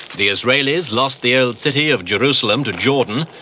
the israelis lost the old city of jerusalem to jordan,